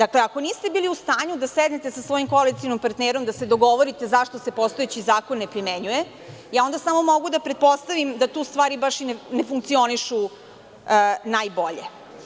Ako niste bili u stanju da sednete sa svojim koalicionim partnerom i da se dogovorite zašto se postojeći zakon ne primenjuje, onda samo mogu da pretpostavim da tu stvari baš i ne funkcionišu najbolje.